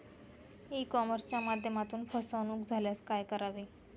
E कॉमर्सच्या माध्यमातून फसवणूक झाल्यास काय करावे?